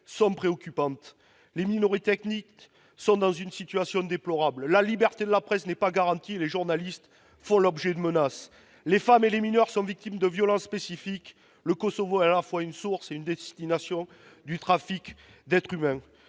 sont préoccupantes. Les minorités ethniques sont dans une situation déplorable. La liberté de la presse n'est pas garantie, et les journalistes font l'objet de menaces. Les femmes et les mineurs sont victimes de violences spécifiques. Le Kosovo est à la fois une source et une destination du trafic d'êtres humains.